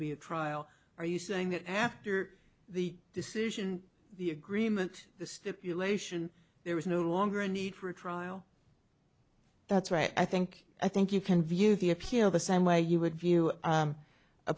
be a trial are you saying that after the decision the agreement the stipulation there was no longer a need for a trial that's right i think i think you can view the appeal the same way you would view